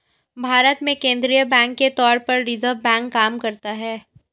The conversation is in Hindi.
भारत में केंद्रीय बैंक के तौर पर रिज़र्व बैंक काम करता है